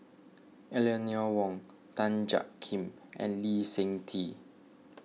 Eleanor Wong Tan Jiak Kim and Lee Seng Tee